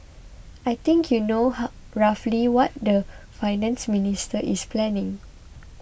I think you know hum roughly what the Finance Minister is planning